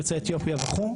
יוצאי אתיופיה וכו',